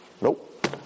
Nope